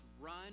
run